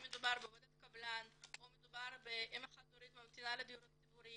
אם מדובר בעובדת קבלן או באם חד-הורית ממתינה לדיור הציבורי